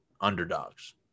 underdogs